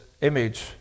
image